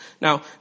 Now